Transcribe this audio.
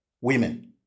women